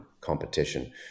competition